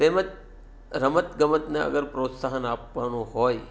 તેમ જ રમત ગમતને અગર પ્રોત્સાહન આપવાનું હોય